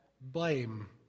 blame